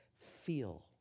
feel